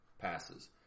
passes